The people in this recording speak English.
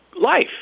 life